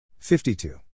52